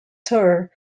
tour